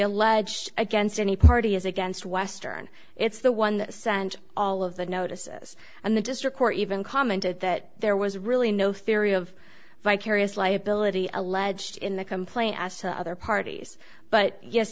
alleged against any party is against western it's the one that sent all of the notices and the district court even commented that there was really no theory of vicarious liability alleged in the complaint asked the other parties but yes